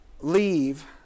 leave